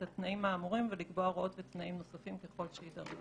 התנאים האמורים ולקבוע הוראות ותנאים נוספים ככל שיידרש".